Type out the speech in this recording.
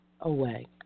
Away